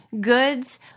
goods